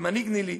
כמנהיג ניל"י,